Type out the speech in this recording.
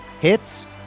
Hits